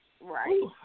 Right